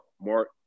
Mark